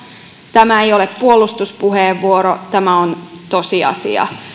tämä ei ole puolustuspuheenvuoro tämä on tosiasia